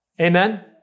Amen